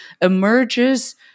emerges